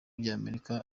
ry’amerika